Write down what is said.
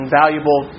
valuable